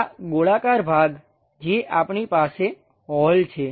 આ ગોળાકાર ભાગ જે આપણી પાસે હોલ છે